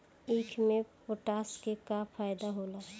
ईख मे पोटास के का फायदा होला?